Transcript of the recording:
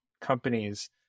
companies